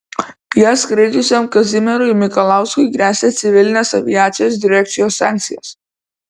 ja skraidžiusiam kazimierui mikalauskui gresia civilinės aviacijos direkcijos sankcijos